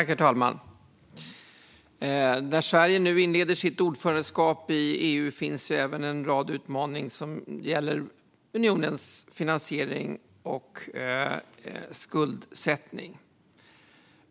Herr talman! När Sverige nu inleder sitt ordförandeskap i EU finns även en rad utmaningar som gäller unionens finansiering och skuldsättning.